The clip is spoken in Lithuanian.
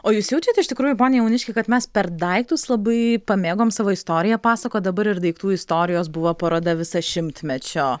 o jūs jaučiat iš tikrųjų pone jauniški kad mes per daiktus labai pamėgom savo istoriją pasakot dabar ir daiktų istorijos buvo paroda viso šimtmečio